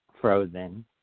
frozen